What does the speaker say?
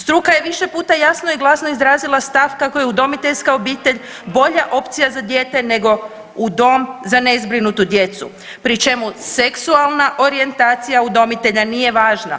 Struka je više puta jasno i glasno izrazila stav kako je udomiteljska obitelj bolja opcija za dijete nego u dom za nezbrinutu djecu pri čemu seksualna orijentacija udomitelja nije važna.